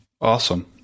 Awesome